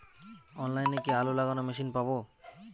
অনলাইনে কি আলু লাগানো মেশিন পাব?